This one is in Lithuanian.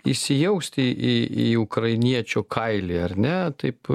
įsijausti į į ukrainiečio kailį ar ne taip